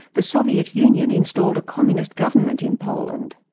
the soviet union installed a communist government in poland.